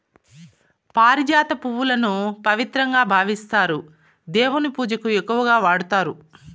పారిజాత పువ్వులను పవిత్రంగా భావిస్తారు, దేవుని పూజకు ఎక్కువగా వాడతారు